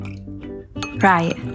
Right